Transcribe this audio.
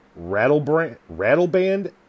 Rattleband